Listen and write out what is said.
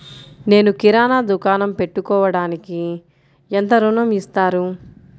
నేను కిరాణా దుకాణం పెట్టుకోడానికి ఎంత ఋణం ఇస్తారు?